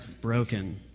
Broken